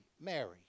Mary